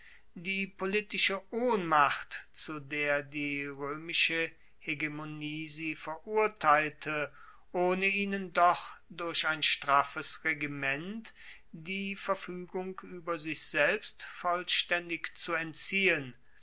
die politische ohnmacht zu der die roemische hegemonie sie verurteilte ohne ihnen doch durch ein straffes regiment die verfuegung ueber sich selbst vollstaendig zu entziehen